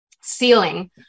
ceiling